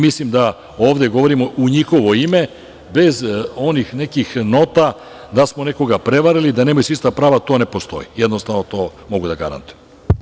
Mislim da ovde govorimo u njihovo ime, bez onih nekih nota da smo nekoga prevarili, da nemaju svi ista prava, to ne postoji, jednostavno to mogu da garantujem.